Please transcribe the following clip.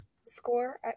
score